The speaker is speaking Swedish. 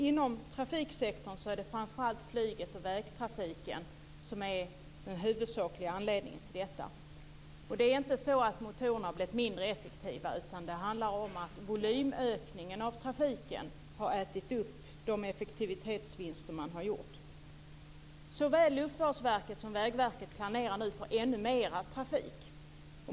Inom trafiksektorn är det framför allt flyget och vägtrafiken som är de huvudsakliga anledningarna till detta. Och det är inte så att motorerna har blivit mindre effektiva, utan det handlar om att volymökningen av trafiken har ätit upp de effektivitetsvinster som man har gjort. Såväl Luftfartsverket som Vägverket planerar nu för ännu mer trafik.